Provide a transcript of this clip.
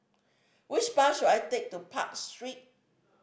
which bus should I take to Park Street